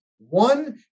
One